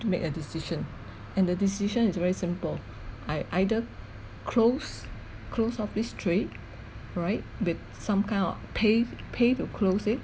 to make a decision and the decision is very simple I either close close off this trade alright with some kind of pay pay to close it